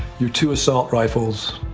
your two assault rifles.